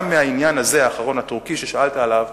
גם מהעניין הזה, האחרון, הטורקי, ששאלת עליו,